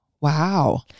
Wow